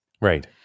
right